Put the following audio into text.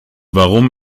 warum